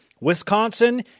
Wisconsin